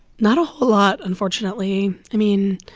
not a whole lot, unfortunately. i mean,